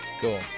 Cool